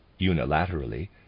unilaterally